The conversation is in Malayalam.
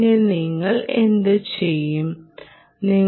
പിന്നെ നിങ്ങൾ എന്തുചെയ്യുo